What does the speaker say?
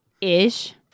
ish